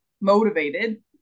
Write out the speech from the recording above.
motivated